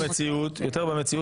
לפי מה בדקתם?